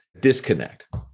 disconnect